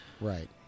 Right